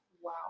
Wow